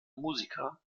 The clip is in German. musiker